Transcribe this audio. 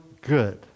good